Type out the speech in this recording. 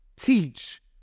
teach